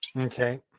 Okay